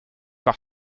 par